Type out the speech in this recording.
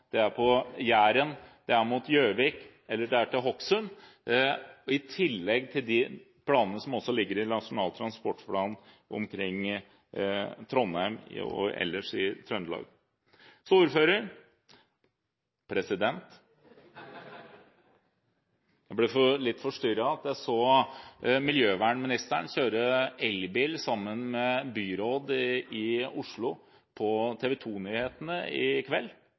er på Kongsvingerbanen, Jæren, mot Gjøvik eller til Hokksund, i tillegg til de planene som også ligger i Nasjonal transportplan omkring Trondheim og ellers i Trøndelag. Så ordfører – jeg mener president – jeg ble litt forstyrret av at jeg så miljøvernministeren kjøre elbil sammen med byråden i Oslo på TV2-nyhetene i kveld.